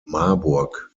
marburg